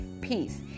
peace